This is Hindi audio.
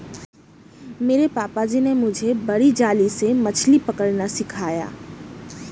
मेरे पापा जी ने मुझे बड़ी जाली से मछली पकड़ना सिखाया